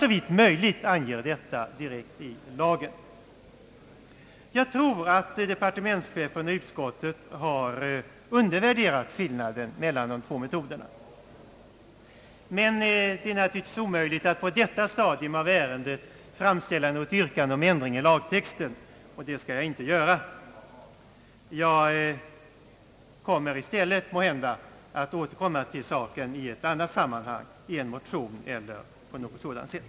Enligt min mening har departementschefen och utskottet undervärderat skillnaden mellan de två metoderna, men det är naturligtvis omöjligt att på detta stadium av ärendet framställa nåsot yrkande om ändring av lagtexten, så det skall jag inte göra. Jag återkommer måhända i stället till saken i ett annat sammanhang, i en motion eller på något sådant sätt.